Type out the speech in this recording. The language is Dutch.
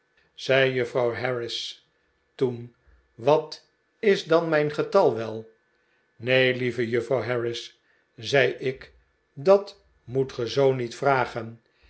zei juffrouw harris toen wat is dan mijn getal wel neen lieve juffrouw harris zei ik dat moet ge zoo niet vragen